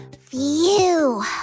Phew